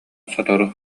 сотору